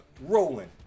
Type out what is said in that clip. rolling